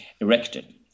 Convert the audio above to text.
erected